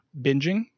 binging